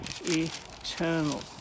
eternal